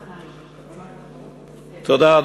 תודה.